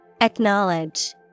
Acknowledge